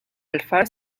alfaro